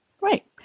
Right